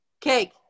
Cake